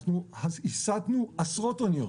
הסטנו עשרות אוניות,